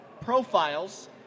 profiles